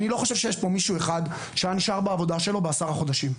אני לא חושב שיש פה מישהו אחד שהיה נשאר בעבודה שלו לעשרה חודשים.